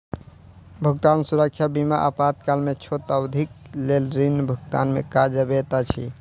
भुगतान सुरक्षा बीमा आपातकाल में छोट अवधिक लेल ऋण भुगतान में काज अबैत अछि